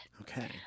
Okay